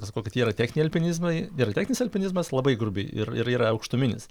tai sakau kad yra techniniai alpinizmai yra techninis alpinizmas labai grubiai ir ir yra aukštuminis